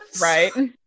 Right